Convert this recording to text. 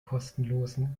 kostenlosen